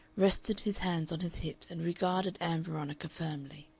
rested his hands on his hips, and regarded ann veronica firmly.